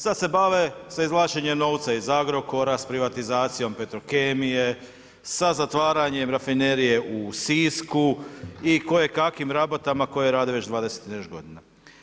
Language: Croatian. Sad se bave sa izvlačenjem novca iz Agrokora, s privatizacijom Petrokemije, sa zatvaranjem Rafinerije u Sisku i koje kakvim rabotama koje rade već 20 i nešto godina.